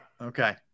Okay